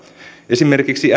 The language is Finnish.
esimerkiksi